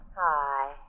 Hi